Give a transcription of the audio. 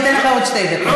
אני אתן לך עוד שתי דקות.